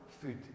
food